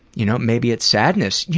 you know, maybe it's sadness. you